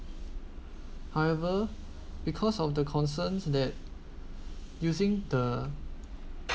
however because of the concerns that using the